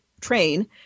train